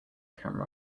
camera